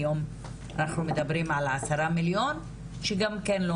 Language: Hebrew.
היום אנחנו מדברים על 10 מיליון שגם כן לא